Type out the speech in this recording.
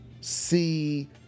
see